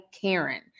Karen